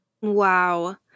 Wow